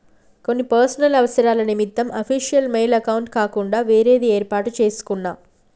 కొన్ని పర్సనల్ అవసరాల నిమిత్తం అఫీషియల్ మెయిల్ అకౌంట్ కాకుండా వేరేది యేర్పాటు చేసుకున్నా